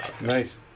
Nice